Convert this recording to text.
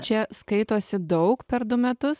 čia skaitosi daug per du metus